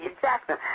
Jackson